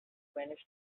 spanish